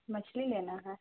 مچھلی لینا ہے